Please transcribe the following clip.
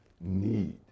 need